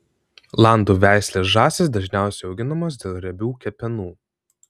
landų veislės žąsys dažniausiai auginamos dėl riebių kepenų